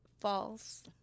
False